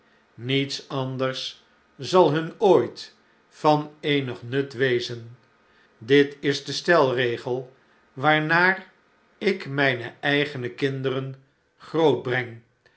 niets anders zal nun ooit van eenig nut wezen dit is de steiregel waarnaar ik mijne eigene kinderen grootbreng en